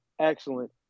excellent